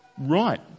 Right